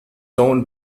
owned